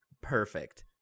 perfect